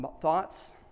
thoughts